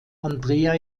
andrea